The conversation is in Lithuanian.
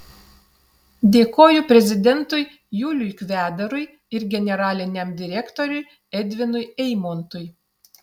dėkoju prezidentui juliui kvedarui ir generaliniam direktoriui edvinui eimontui